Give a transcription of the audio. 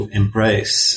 embrace